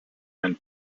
and